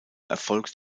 erfolgt